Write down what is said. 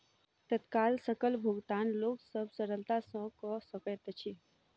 तत्काल सकल भुगतान लोक सभ सरलता सॅ कअ सकैत अछि